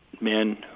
men